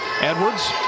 Edwards